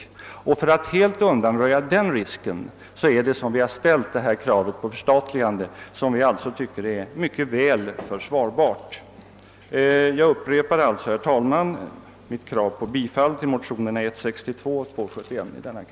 Det är för att helt undanröja risken härför som vi ställt kravet på förstatligande, vilket krav vi alltså tycker är väl försvarbart. Jag upprepar alltså, herr talman, min hemställan om bifall till motionerna I: 62 och II: 71.